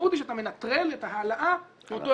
המשמעות היא שאתה מנטרל את ההעלאה לאותו